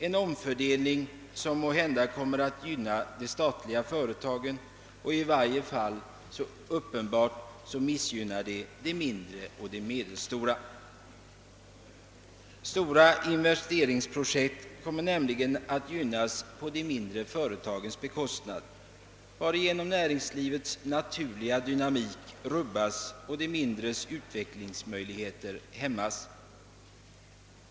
Den kommer måhända att gynna de statliga företagen, och i varje fall är det uppenbart att den kommer att missgynna de mindre och medelstora. Stora investeringsprojekt kommer nämligen att gynnas på de mindre företagens bekostnad, varigenom näringslivets naturliga dynamik rubbas och de mindre företagens utvecklingsmöjligheter hämmas.